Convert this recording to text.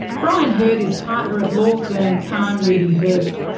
brian herd is partner at law firm carnie reedy herd,